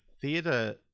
theatre